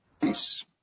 Peace